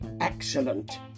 excellent